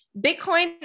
Bitcoin